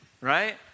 right